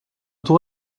tout